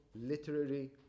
literary